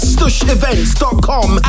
StushEvents.com